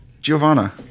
Giovanna